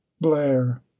blair